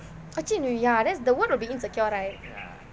actually ya the word will be insecure right